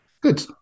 good